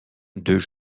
deux